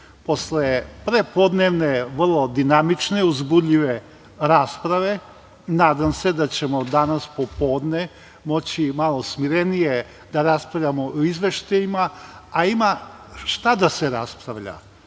posle prepodnevne vrlo dinamične, uzbudljive rasprave, nadam da ćemo danas popodne moći malo smirenije da raspravljamo o izveštajima, a ima šta da se raspravlja.